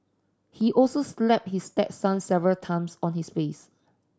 he also slapped his stepson several times on his face